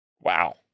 Wow